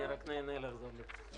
אני רק נהנה לחזור לפה.